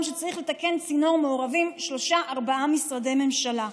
שצריך לתקן צינור מעורבים שלושה-ארבעה משרדי ממשלה.